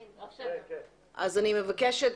אני מבקשת,